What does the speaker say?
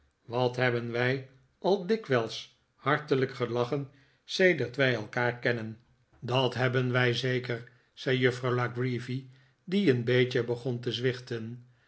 wat hebben wij al dikwijls hartelijk gelachen sedert wij elkaar kennen dat hebben wij zeker zei juffrouw la creevy die een beetje begon te zwichten